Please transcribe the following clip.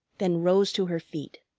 then rose to her feet.